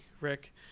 Rick